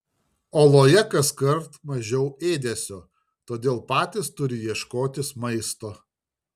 oloje kaskart mažiau ėdesio todėl patys turi ieškotis maisto